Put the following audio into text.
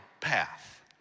path